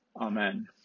Amen